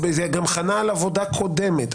זה גם חנה על עבודה קודמת.